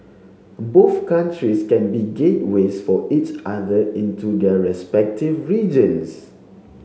both countries can be gateways for each other into their respective regions